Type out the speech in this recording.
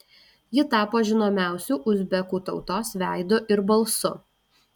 ji tapo žinomiausiu uzbekų tautos veidu ir balsu